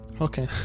Okay